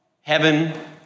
heaven